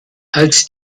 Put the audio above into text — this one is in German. als